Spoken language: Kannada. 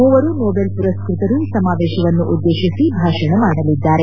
ಮೂವರು ನೊಬೆಲ್ ಪುರಸ್ಕ್ಷ ತರು ಸಮಾವೇಶವನ್ನು ಉದ್ದೇಶಿಸಿ ಭಾಷಣ ಮಾಡಲಿದ್ದಾರೆ